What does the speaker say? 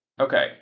Okay